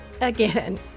again